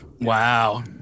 Wow